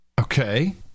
Okay